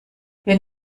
wenn